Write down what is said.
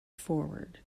forward